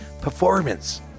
performance